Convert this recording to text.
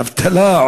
אבטלה,